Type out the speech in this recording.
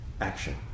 action